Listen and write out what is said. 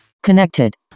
Connected